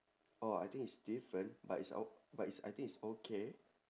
oh I think it's different but it's oh but it's I think it's okay